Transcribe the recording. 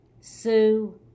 Sue